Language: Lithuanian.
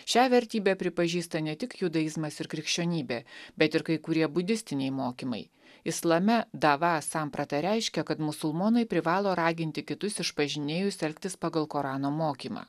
šią vertybę pripažįsta ne tik judaizmas ir krikščionybė bet ir kai kurie budistiniai mokymai islame dava samprata reiškia kad musulmonai privalo raginti kitus išpažinėjus elgtis pagal korano mokymą